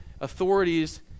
authorities